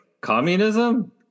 Communism